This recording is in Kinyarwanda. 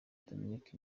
dominic